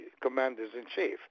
commanders-in-chief